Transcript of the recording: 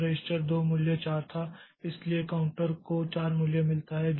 तो रजिस्टर 2 मूल्य 4 था इसलिए काउंटर को 4 मूल्य मिलता है